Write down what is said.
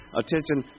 attention